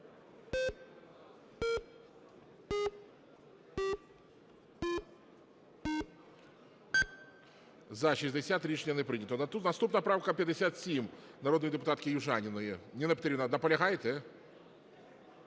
За-60 Рішення не прийнято. Наступна правка 57 народної депутатки Южаніної. Ніна Петрівна наполягаєте?